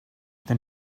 then